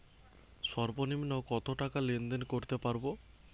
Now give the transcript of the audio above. সর্বনিম্ন কত টাকা লেনদেন করতে পারবো?